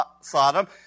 Sodom